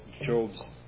Job's